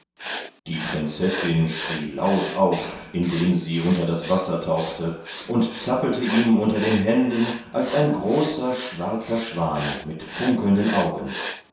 die prinzessin schrie laut auf indem sie unter das wasser tauchte und zappelte ihm unter den händen als ein großer schwarzer schwan mit funkelnden augen